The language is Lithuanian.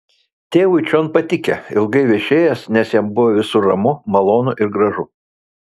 tėvui čion patikę ilgai viešėjęs nes jam buvę visur ramu malonu ir gražu